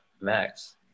max